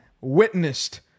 witnessed